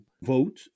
vote